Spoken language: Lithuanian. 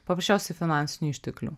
paprasčiausių finansinių išteklių